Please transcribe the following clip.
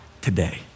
today